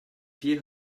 hear